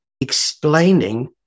explaining